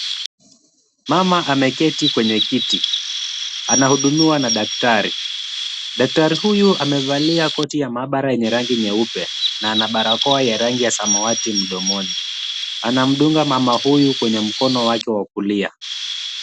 Mama ameketi kwenye kiti, anahudumiwa na daktari, daktari huyu amevalia koti ya maabara yenye rangi nyeupe na ana barakoa ya rangi ya samawati mdomoni, anamdunga mama huyu kwenye mkono wake wa kulia.